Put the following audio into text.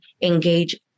engage